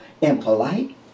impolite